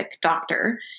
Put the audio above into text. doctor